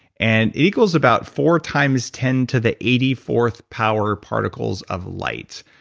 and it equals about four times ten to the eighty fourth power particles of light.